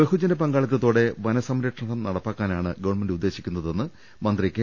ബഹുജന പങ്കാളിത്തത്തോടെ വന സംരക്ഷണം നടപ്പാക്കാനാ ണ് ഗവൺമെന്റ് ഉദ്ദേശിക്കുന്നതെന്ന് മന്ത്രി കെ